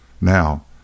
Now